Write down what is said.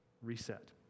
reset